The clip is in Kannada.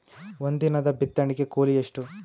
ಒಂದಿನದ ಬಿತ್ತಣಕಿ ಕೂಲಿ ಎಷ್ಟ?